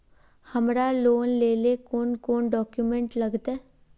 हमरा लोन लेले कौन कौन डॉक्यूमेंट लगते?